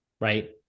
right